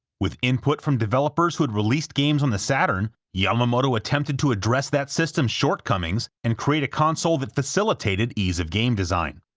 with input from developers who had released games on the saturn, yamamoto attempted to address that systems shortcomings and create a console that facilitated ease of game design.